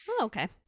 okay